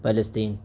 Palestine